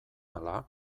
ala